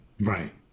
Right